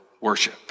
worship